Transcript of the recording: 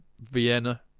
Vienna